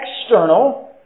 external